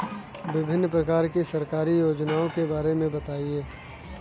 विभिन्न प्रकार की सरकारी योजनाओं के बारे में बताइए?